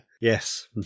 Yes